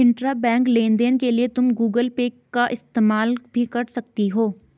intrabank लेन देन के लिए तुम गूगल पे का इस्तेमाल भी कर सकती हो